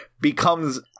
becomes